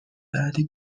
بعدی